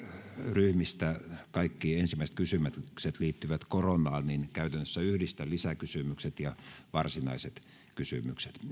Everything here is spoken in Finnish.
ryhmistä kaikki ensimmäiset kysymykset liittyvät koronaan niin käytännössä yhdistän lisäkysymykset ja varsinaiset kysymykset